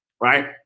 right